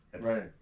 Right